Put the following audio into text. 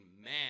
man